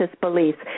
beliefs